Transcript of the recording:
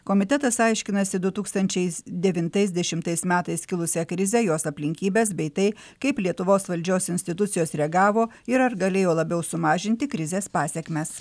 komitetas aiškinasi du tūkstančiais devintais dešimtais metais kilusią krizę jos aplinkybes bei tai kaip lietuvos valdžios institucijos reagavo ir ar galėjo labiau sumažinti krizės pasekmes